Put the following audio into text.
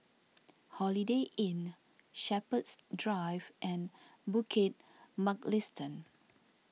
Holiday Inn Shepherds Drive and Bukit Mugliston